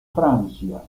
francia